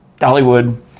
Dollywood